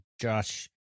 Josh